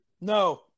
No